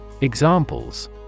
Examples